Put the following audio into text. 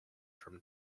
from